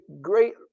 great